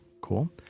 cool